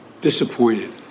disappointed